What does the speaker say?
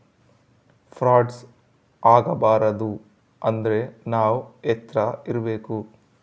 frauds ಆಗಬಾರದು ಅಂದ್ರೆ ನಾವ್ ಎಚ್ರ ಇರ್ಬೇಕು